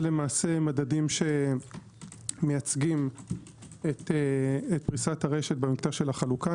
אלה מדדים שמייצגים את פריסת הרשת של החלוקה.